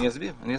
אני אסביר.